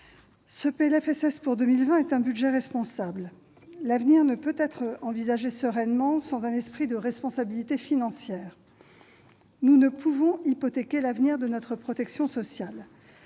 Ce PLFSS pour 2020 est un budget responsable. L'avenir ne peut être envisagé sereinement sans un esprit de responsabilité financière. Nous ne pouvons hypothéquer l'avenir de notre protection sociale.